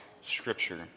scripture